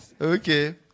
okay